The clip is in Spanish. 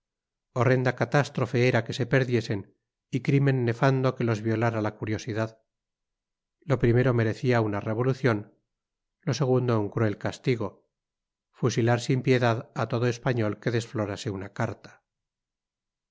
horrenda catástrofe era que se perdiesen y crimen nefando que los violara la curiosidad lo primero merecía una revolución lo segundo un cruel castigo fusilar sin piedad a todo español que desflorase una carta